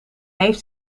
heeft